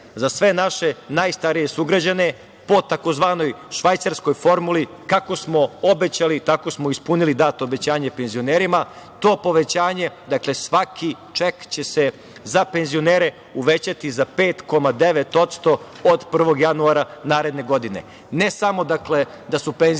za sve naše najstarije sugrađane po tzv. švajcarskoj formuli, kako smo obećali, tako smo ispunili dato obećanje penzionerima. To povećanje, dakle svaki ček će se za penzionere uvećati za 5,9% od 1. januara naredne godine. Ne samo da su penzije